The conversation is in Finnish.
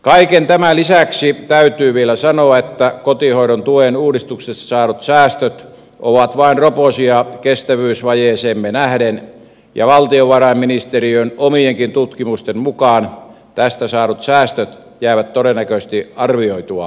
kaiken tämän lisäksi täytyy vielä sanoa että kotihoidon tuen uudistuksesta saadut säästöt ovat vain roposia kestävyysvajeeseemme nähden ja valtiovarainministeriön omienkin tutkimusten mukaan tästä saadut säästöt jäävät todennäköisesti arvioitua pienemmiksi